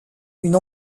une